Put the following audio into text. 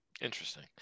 Interesting